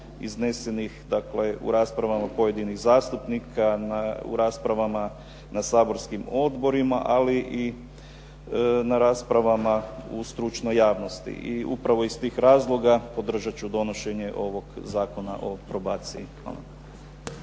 iznesenih dakle u raspravama pojedinih zastupnika, u raspravama na saborskim odborima, ali i na raspravama u stručnoj javnosti. I upravo iz tih razloga podržati ću donošenje ovog Zakona o probaciji.